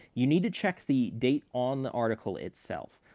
you need to check the date on the article itself.